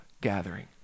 gathering